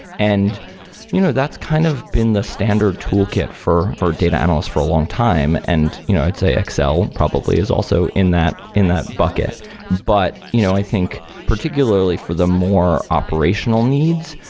and you know that's kind of been the standard toolkit for for data analysts for a long time and you know i'd say excel probably is also in that in that bucket. but you know i think, particularly for the more operational needs,